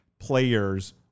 Players